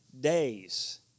days